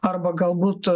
arba galbūt